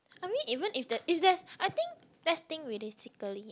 I mean even if there if there's I think let's think realistically